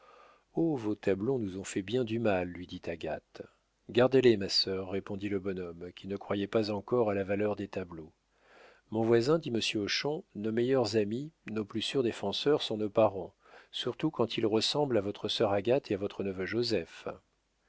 vos tableaux nous ont fait bien du mal lui dit agathe gardez-les ma sœur répondit le bonhomme qui ne croyait pas encore à la valeur des tableaux mon voisin dit monsieur hochon nos meilleurs amis nos plus sûrs défenseurs sont nos parents surtout quand ils ressemblent à votre sœur agathe et à votre neveu joseph